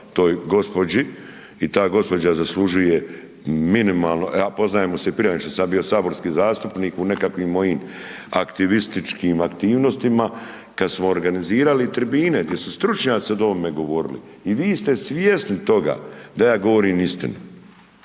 toj gospođi i ta gospođa zaslužuje minimalno, a poznajemo se i prije nego što sam ja bio saborski zastupnik u nekakvim mojim aktivističkim aktivnostima kad smo organizirali tribine gdje su stručnjaci o ovome govorili i vi ste svjesni toga da ja govorim istinu.